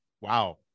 wow